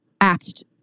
act